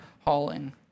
hauling